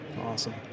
awesome